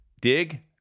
Dig